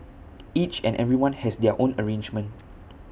each and everyone has their own arrangement